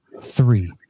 three